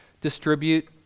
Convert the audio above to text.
distribute